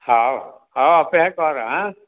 ହଉ ହଁ ଅପେକ୍ଷା କର ହାଁ